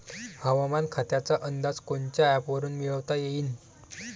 हवामान खात्याचा अंदाज कोनच्या ॲपवरुन मिळवता येईन?